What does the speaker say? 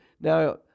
Now